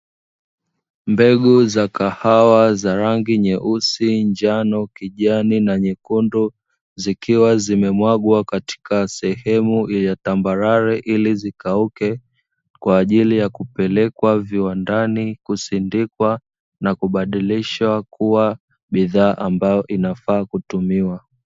Mbegu za kahawa za rangi nyeusi, njano, kijani na nyekundu, zikiwa zimemwagwa katika sehemu ya tambarare ili zikauke, kwa ajili ya kupelekwa viwandani kusindikwa na kubadilishwa kuwa bidhaa ambayo inafaa kutumiwa.